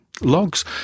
logs